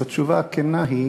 אז התשובה הכנה היא